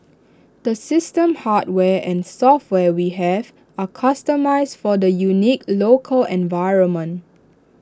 the system hardware and software we have are customised for the unique local environment